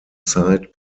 zeit